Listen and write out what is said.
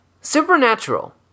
Supernatural